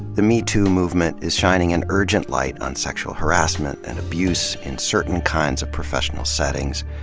the metoo movement is shining an urgent light on sexual harassment and abuse in certain kinds of professional settings,